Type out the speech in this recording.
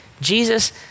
Jesus